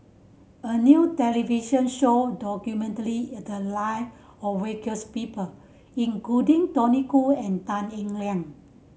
a new television show documently the live of people including Tony Khoo and Tan Eng Liang